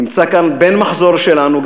נמצא אתנו גם בן מחזור שלנו,